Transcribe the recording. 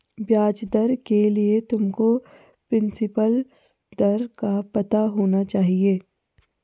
ब्याज दर के लिए तुमको प्रिंसिपल दर का पता होना चाहिए